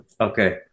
Okay